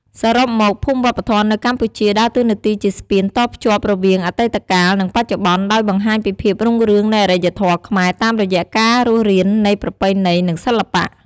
សរុបមក ភូមិវប្បធម៌នៅកម្ពុជាដើរតួនាទីជាស្ពានតភ្ជាប់រវាងអតីតកាល និងបច្ចុប្បន្នដោយបង្ហាញពីភាពរុងរឿងនៃអរិយធម៌ខ្មែរតាមរយៈការរស់រាននៃប្រពៃណី និងសិល្បៈ។